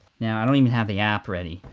now i don't even have the app ready,